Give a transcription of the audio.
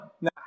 Now